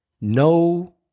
No